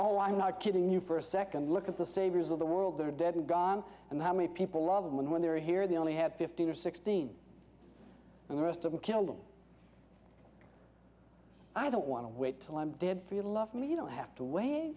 oh i'm not kidding you for a second look at the saviors of the world they're dead and gone and how many people love them and when they're here they only have fifteen or sixteen and the rest of you kill them i don't want to wait till i'm dead for you to love me you don't have to w